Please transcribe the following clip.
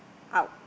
out